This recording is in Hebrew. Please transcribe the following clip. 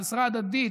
של עזרה הדדית,